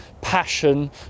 passion